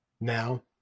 Now